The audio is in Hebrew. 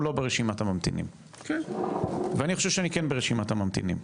הוא לא ברשימת הממתינים ואני חושב שאני כן ברשימת הממתינים,